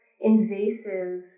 invasive